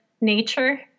nature